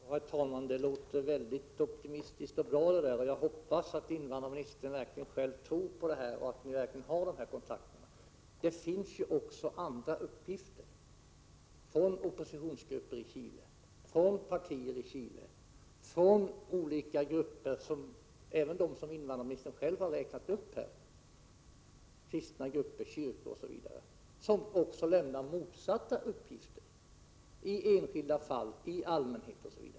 Herr talman! Det där låter väldigt optimistiskt och bra, och jag hoppas att invandrarministern själv tror på det samt att ni verkligen har dessa kontakter. Men det finns ju också andra uppgifter från oppositionsgrupper i Chile, från partier i Chile och även från de grupper som invandarministern självt har räknat upp här. Det är fråga om kristna grupper, kyrkor osv., som har lämnat motsatta uppgifter i enskilda fall och i allmänhet.